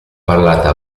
parlata